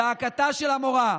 זעקתה של מורה,